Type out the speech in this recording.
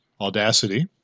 Audacity